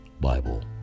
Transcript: Bible